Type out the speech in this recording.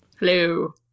Hello